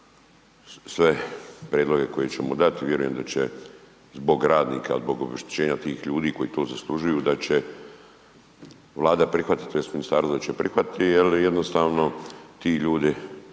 sve prijedloge koje ćemo dat vjerujem da će zbog radnika, zbog obeštećenja tih ljudi koji to zaslužuju, da će Vlada prihvatiti tj. da će ministarstvo prihvatiti jel jednostavno ti ljudi